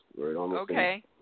Okay